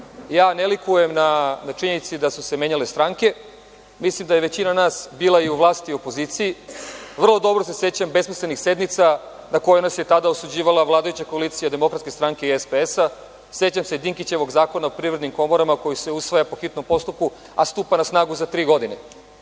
likujem na činjenici da su se menjale stranke. Mislim da je većina nas bila i u vlasti i u opoziciji, vrlo dobro se sećam besmislenih sednica za koje nas je tada osuđivala vladajuća koalicija Demokratske stranke i SPS-a, sećam se Dinkićevog Zakona o privrednim komorama koji se usvaja po hitnom postupku, a stupa na snagu za tri godine.